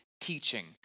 teaching